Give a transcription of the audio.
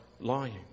lying